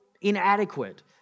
inadequate